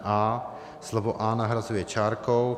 a) slovo A nahrazuje čárkou.